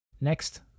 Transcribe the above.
Next